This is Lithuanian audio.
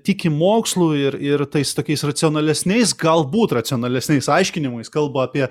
tiki mokslu ir ir tais tokiais racionalesniais galbūt racionalesniais aiškinimais kalbu apie